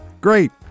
Great